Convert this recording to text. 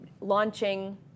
launching